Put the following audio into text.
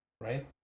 right